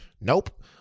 Nope